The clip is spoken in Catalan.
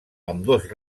ambdós